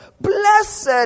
Blessed